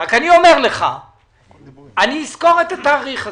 אני אומר לך שאני אזכור את התאריך הזה.